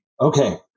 Okay